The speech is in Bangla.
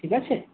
ঠিক আছে